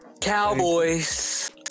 Cowboys